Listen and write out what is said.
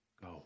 go